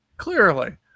Clearly